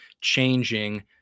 changing